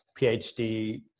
PhD